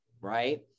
right